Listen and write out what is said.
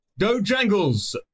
Dojangles